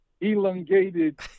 elongated